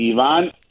Ivan